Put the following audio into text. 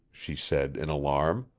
she said in alarm.